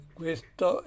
questo